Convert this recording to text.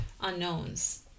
unknowns